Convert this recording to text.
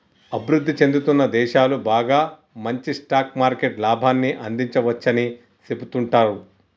అభివృద్ధి చెందుతున్న దేశాలు బాగా మంచి స్టాక్ మార్కెట్ లాభాన్ని అందించవచ్చని సెబుతుంటారు